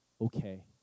okay